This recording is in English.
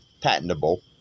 patentable